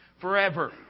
forever